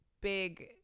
big